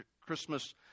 Christmas